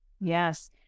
Yes